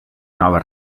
nova